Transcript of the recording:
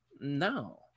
no